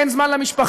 אין זמן למשפחה,